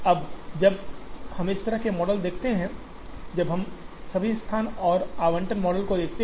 अब जब हम इस तरह के मॉडल को देखते हैं जब हम सभी स्थान और आवंटन मॉडल को देखते हैं